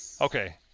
Okay